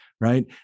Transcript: right